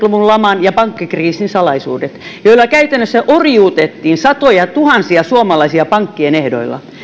luvun laman ja pankkikriisin salaisuudet joilla käytännössä orjuutettiin satojatuhansia suomalaisia pankkien ehdoilla